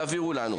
תעבירו לנו.